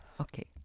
Okay